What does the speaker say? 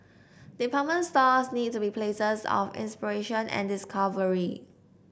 department stores need to be places of inspiration and discovery